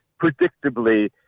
predictably